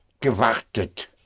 gewartet